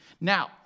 Now